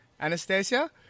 anastasia